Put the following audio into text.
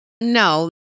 No